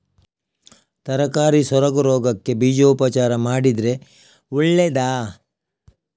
ತರಕಾರಿ ಸೊರಗು ರೋಗಕ್ಕೆ ಬೀಜೋಪಚಾರ ಮಾಡಿದ್ರೆ ಒಳ್ಳೆದಾ?